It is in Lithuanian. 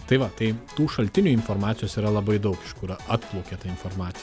tai va tai tų šaltinių informacijos yra labai daug iš kur atplaukia ta informacija